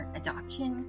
adoption